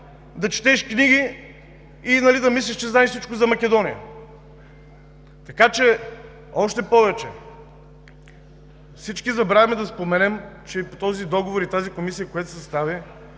да четеш книги и да мислиш, че знаеш всичко за Македония. Още повече, всички забравяме да споменем, че с този договор и тази комисия, която се създаде,